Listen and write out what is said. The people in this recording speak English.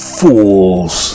fools